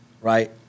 right